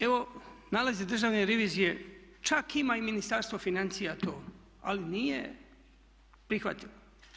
Evo nalazi Državne revizije čak ima i Ministarstvo financija to, ali nije prihvatilo.